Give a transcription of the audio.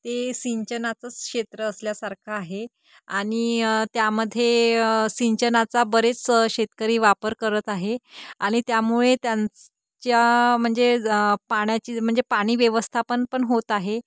ते सिंचनाचंच क्षेत्र असल्यासारखं आहे आणि त्यामध्ये सिंचनाचा बरेच शेतकरी वापर करत आहे आणि त्यामुळे त्या च्या म्हणजे ज पाण्याची म्हणजे पाणी व्यवस्था पण पण होत आहे